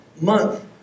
month